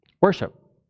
Worship